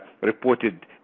reported